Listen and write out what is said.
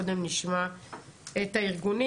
קודם נשמע את הארגונים.